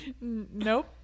Nope